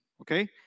Okay